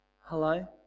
Hello